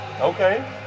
Okay